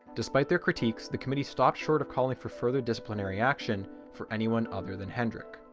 despite their critiques the committee stopped short of calling for further disciplinary action for anyone other than hendrik.